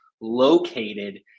located